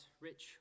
rich